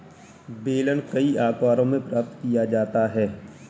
बेलन कई आकारों में प्राप्त किया जाता है